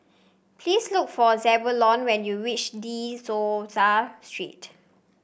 please look for Zebulon when you reach De Souza Street